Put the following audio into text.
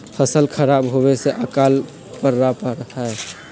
फसल खराब होवे से अकाल पडड़ा हई